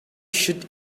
should